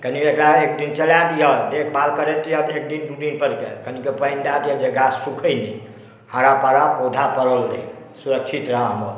कनि एकरा एक दिन चला दिहक देखभाल करैत रहिहक एक दिन दुइ दिनपरके कनिटा पानि दऽ देब गाछ सुखै नहि हरा भरा पौधा पड़ल रहै सुरक्षित रहै हमर